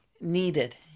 needed